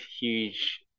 huge